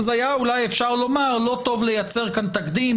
היה אולי אפשר לומר: לא טוב לייצר כאן תקדים,